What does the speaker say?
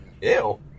Ew